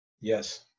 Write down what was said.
Yes